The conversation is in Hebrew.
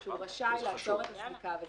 לעצור את הסליקה.